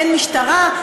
אין משטרה?